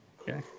Okay